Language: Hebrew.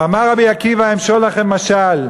אמר רבי עקיבא, אמשול לכם משל: